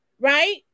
right